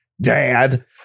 Dad